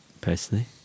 personally